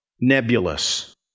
nebulous